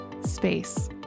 space